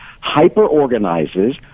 hyper-organizes